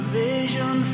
vision